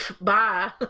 Bye